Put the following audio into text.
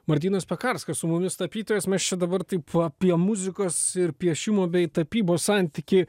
martynas pekarskas su mumis tapytojas mes čia dabar taip apie muzikos ir piešimo bei tapybos santykį